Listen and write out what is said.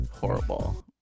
horrible